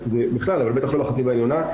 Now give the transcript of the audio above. לא רוצים בכלל, אבל בטח לא בחטיבה העליונה.